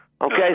Okay